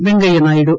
Venkaiah Naidu